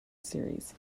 series